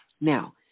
Now